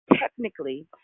technically